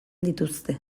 dituzte